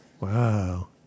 wow